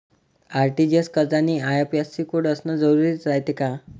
RTGS करतांनी IFSC code असन जरुरी रायते का?